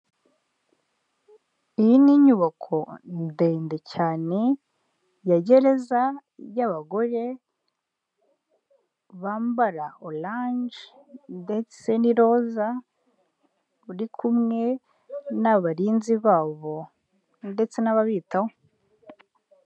Iyi ni inyubako ndende cyane ya gereza y'abagore bambara oranje ndetse n'iroza, uri kumwe n'abarinzi babo ndetse n'ababitaho.